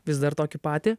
vis dar tokį patį